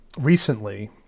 recently